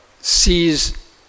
sees